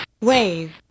Wave